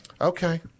Okay